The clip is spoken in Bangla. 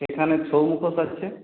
এখানে ছৌ মুখোশ আছে